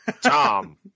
Tom